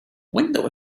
window